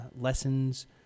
lessons